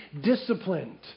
disciplined